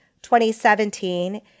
2017